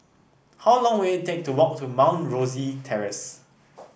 how long will it take to walk to Mount Rosie Terrace